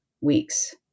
weeks